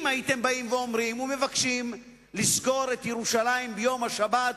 אם הייתם באים ומבקשים לסגור את ירושלים ביום השבת,